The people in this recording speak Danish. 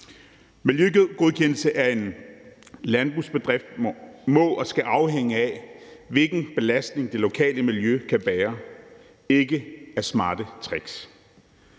Miljøgodkendelse af en landbrugsbedrift må og skal afhænge af, hvilken belastning det lokale miljø kan bære, ikke af smarte tricks.